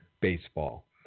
baseball